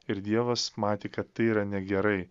ir dievas matė kad tai yra negerai